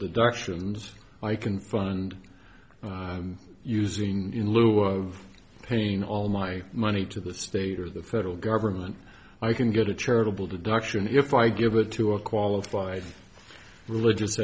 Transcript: deductions i can fund using in lieu of pain all my money to the state or the federal government i can get a charitable deduction if i give it to a qualified religious